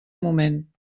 moment